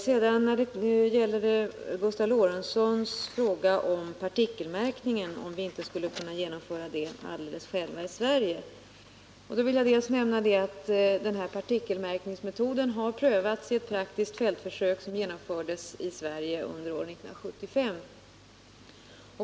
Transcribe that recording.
Med anledning av Gustav Lorentzons fråga om vi inte skulle kunna genomföra partikelmärkningen alldeles själva i Sverige vill jag nämna att partikelmärkningsmetoden har prövats i ett praktiskt fältförsök i Sverige under år 1975.